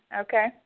Okay